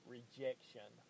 Rejection